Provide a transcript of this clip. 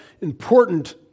important